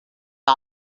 l’a